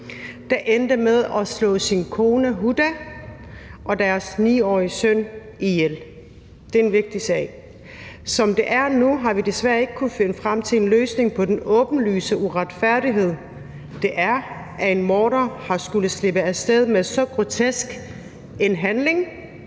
der endte med at slå sin kone, Huda, og deres 9-årige søn ihjel. Det er en vigtig sag. Som det er nu, har vi desværre ikke kunnet finde frem til en løsning på den åbenlyse uretfærdighed, det er, at en morder har kunnet slippe af sted med så grotesk en handling